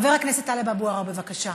חבר הכנסת טלב אבו עראר, בבקשה.